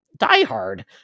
diehard